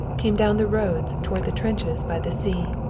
came down the roads toward the trenches by the sea.